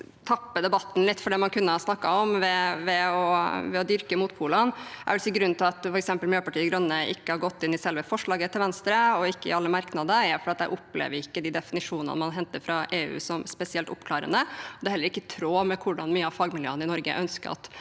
her tapper debatten litt for det man kunne ha snakket om, ved å dyrke motpolene. Jeg vil si at grunnen til at f.eks. Miljøpartiet De Grønne ikke har gått inn i selve forslaget til Venstre, og heller ikke i alle merknader, er at jeg ikke opplever de definisjonene man henter fra EU, som spesielt oppklarende. Det er heller ikke i tråd med hvordan mye av fagmiljøene i Norge ønsker at